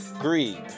greed